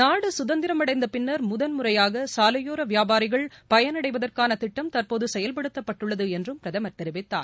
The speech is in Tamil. நாடு குதந்திரம் அடைந்த பின்னர் முதன்முறையாக சாலையோர வியாபாரிகள் பயனடைவதற்கான திட்டம் தற்போது செயல்படுத்தப்பட்டுள்ளது என்றும் பிரதமர் தெரிவித்தார்